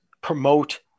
promote